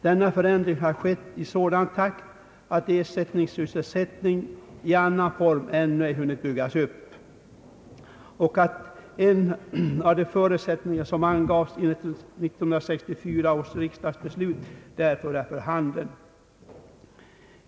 Denna förändring har skett i sådan takt att ersättningssysselsättning i annan form ej hunnit byggas upp och att en av de förutsättningar som angavs i 1964 års riksdagsbeslut därför är för handen.